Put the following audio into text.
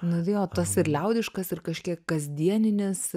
nu jo tas ir liaudiškas ir kažkiek kasdieninis